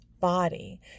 body